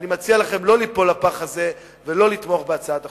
אני מציע לכם לא ליפול לפח הזה ולא לתמוך בהצעת החוק.